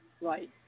Right